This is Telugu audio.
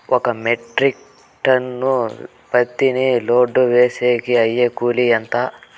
ఒక మెట్రిక్ టన్ను పత్తిని లోడు వేసేకి అయ్యే కూలి ఎంత?